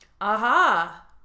Aha